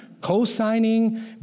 co-signing